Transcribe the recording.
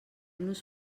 nos